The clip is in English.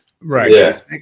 Right